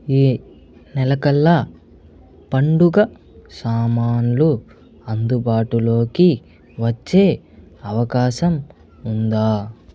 ఈ నెల కల్లా పండుగ సామాన్లు అందుబాటులోకి వచ్చే అవకాశం ఉందా